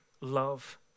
love